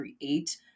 create